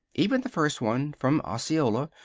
even the first one, from osceola,